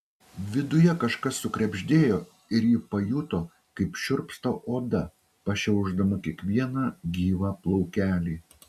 viduje kažkas sukrebždėjo ir ji pajuto kaip šiurpsta oda pašiaušdama kiekvieną gyvą plaukelį